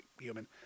human